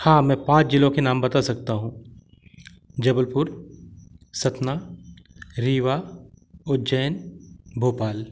हाँ मैं पाँच जिलों के नाम बता सकता हूँ जबलपुर सतना रीवा उज्जैन भोपाल